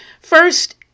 First